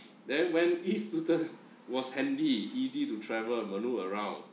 then when e-scooter was handy easy to travel maneuver around